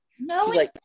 No